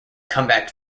comeback